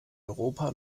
europa